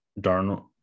Darnold